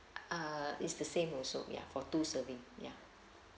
uh is the same also ya for two serving ya